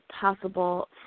possible